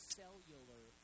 cellular